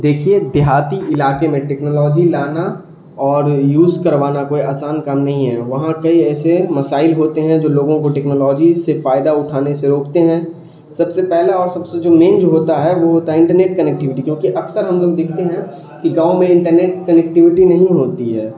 دیکھیے دیہاتی علاقے میں ٹیکنالوجی لانا اور یوز کروانا کوئی آسان کام نہیں ہے وہاں کئی ایسے مسائل ہوتے ہیں جو لوگوں کو ٹیکنالوجی سے فائدہ اٹھانے سے روکتے ہیں سب سے پہلا اور سب سے جو مین جو ہوتا ہے وہ ہوتا ہے انٹرنیٹ کنیکٹیوٹی کیونکہ اکثر ہم لوگ دیکھتے ہیں کہ گاؤں میں انٹرنیٹ کنیکٹیویٹی نہیں ہوتی ہے